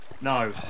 No